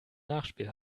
nachspiel